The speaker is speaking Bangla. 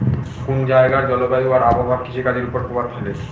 কোন জায়গার জলবায়ু আর আবহাওয়া কৃষিকাজের উপর প্রভাব ফেলে